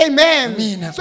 Amen